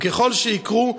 וככל שיקרו,